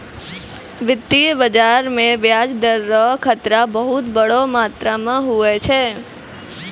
वित्तीय बाजार मे ब्याज दर रो खतरा बहुत बड़ो मात्रा मे हुवै छै